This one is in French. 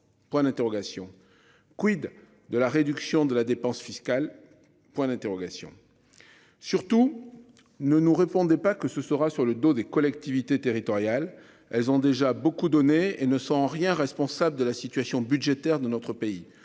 Point d'interrogation. Quid de la réduction de la dépense fiscale. Point d'interrogation. Surtout ne nous répondez pas que ce sera sur le dos des collectivités territoriales. Elles ont déjà beaucoup donné et ne sont en rien responsables de la situation budgétaire de notre pays